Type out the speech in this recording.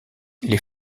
les